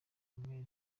umwere